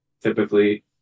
typically